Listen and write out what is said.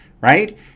right